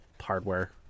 hardware